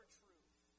truth